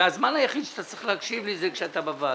הזמן היחיד שאתה צריך להקשיב לי, זה כשאתה בוועדה.